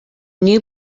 new